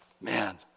man